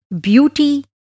beauty